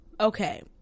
Okay